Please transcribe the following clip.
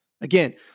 Again